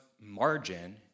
margin